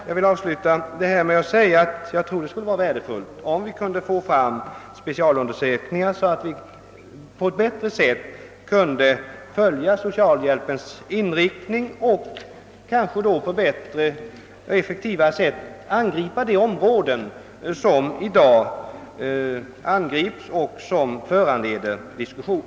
Jag vill sluta mitt anförande med att säga att jag tror, att det kunde vara värdefullt att få fram specialundersökningar som gör det möjligt att på ett bättre sätt följa .socialhjälpens inriktning och effektivare angripa de områden som i dag föranleder diskussion.